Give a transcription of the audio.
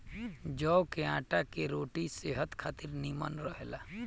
जव के आटा के रोटी सेहत खातिर निमन रहेला